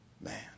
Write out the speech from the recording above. man